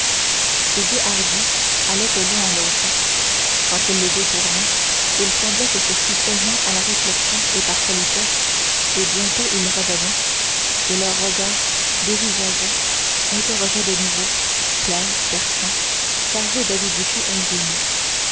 ses yeux hardis allaient de l'un à l'autre quand il les détournait il semblait que ce fût seulement à la réflexion et par politesse et bientôt ils revenaient et leur regard dévisageait interrogeait de nouveau clair perçant chargé d'avidité ingénue